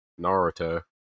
Naruto